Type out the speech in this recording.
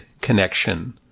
connection